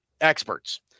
experts